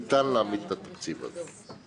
ניתן להעמיד את התקציב הזה.